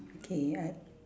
okay I